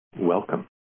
welcome